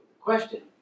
question